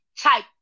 type